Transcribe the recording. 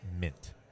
mint